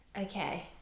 okay